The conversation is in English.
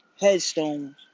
headstones